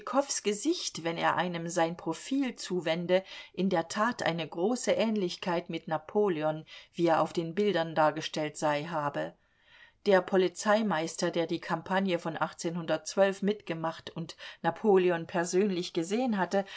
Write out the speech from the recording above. gesicht wenn er einem sein profil zuwende in der tat eine große ähnlichkeit mit napoleon wie er auf den bildern dargestellt sei habe der polizeimeister der die campagne von mitgemacht und napoleon persönlich gesehen hatte